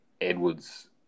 Edwards